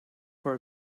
for